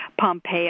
Pompeo